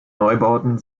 neubauten